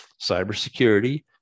cybersecurity